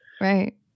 Right